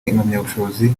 impamyabushobozi